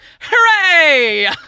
Hooray